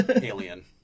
alien